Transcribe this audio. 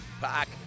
Back